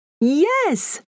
Yes